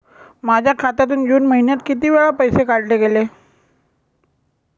माझ्या खात्यातून जून महिन्यात किती वेळा पैसे काढले गेले?